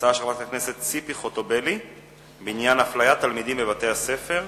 הצעה של חברת הכנסת ציפי חוטובלי בעניין אפליית תלמידים בבתי-הספר,